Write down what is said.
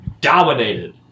dominated